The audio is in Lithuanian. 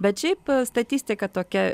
bet šiaip statistika tokia